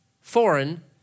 foreign